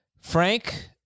Frank